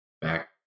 back